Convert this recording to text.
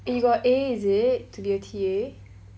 eh you got A is it to be a T_A